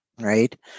right